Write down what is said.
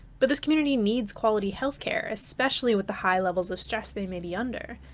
but this community needs quality health care, especially with the high levels of stress they may be under.